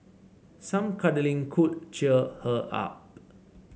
some cuddling could cheer her up